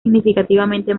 significativamente